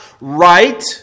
right